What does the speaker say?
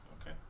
Okay